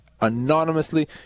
anonymously